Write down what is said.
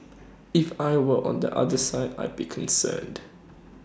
if I were on the other side I'd be concerned